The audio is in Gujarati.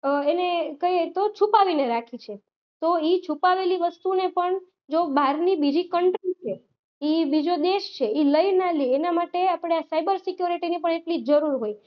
એને કહીએ તો છુપાવીને રાખે છે તો એ છુપાવેલી વસ્તુને પણ જો બહારની બીજી કંટ્રી છે એ બીજો દેશ છે એ લઈ ના લે એના માટે આપણે સાઇબર સિક્યોરિટીની પણ એટલી જ જરૂર હોય